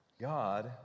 God